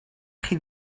chi